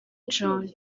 john